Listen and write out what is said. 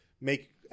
make